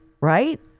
right